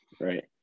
right